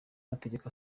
amategeko